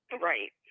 Right